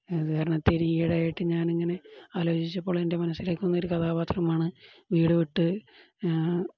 അതു കാരണം ഇത്തിരി ഈയിടെയായിട്ടു ഞാനിങ്ങനെ ആലോചിച്ചപ്പോള് എൻ്റെ മനസ്സിലേക്കു വന്നൊരു കഥാപാത്രമാണു വീടു വിട്ട്